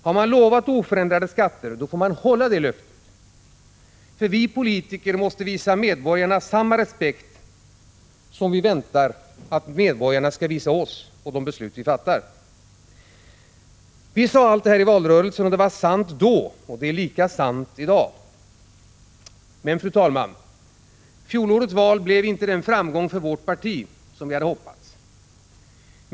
Har man lovat oförändrade skatter, då måste man hålla det löftet. Vi politiker måste visa medborgarna samma respekt som vi förväntar att medborgarna skall visa oss och de beslut vi fattar. Vi sade allt detta i valrörelsen. Det var sant då, och det är lika sant i dag. Men, fru talman, fjolårets val blev inte den framgång för vårt parti som vi hade hoppats.